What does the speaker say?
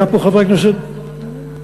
היה פה חבר כנסת, בבקשה?